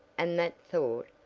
and that thought,